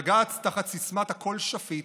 בג"ץ, תחת הסיסמה "הכול שפיט",